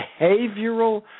behavioral